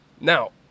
Now